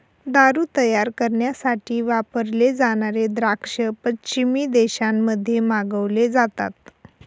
दारू तयार करण्यासाठी वापरले जाणारे द्राक्ष पश्चिमी देशांमध्ये मागवले जातात